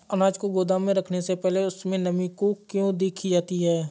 अनाज को गोदाम में रखने से पहले उसमें नमी को क्यो देखी जाती है?